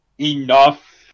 enough